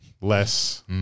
less